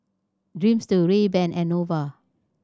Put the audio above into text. Dreamster Rayban and Nova